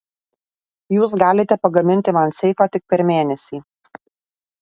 jūs galite pagaminti man seifą tik per mėnesį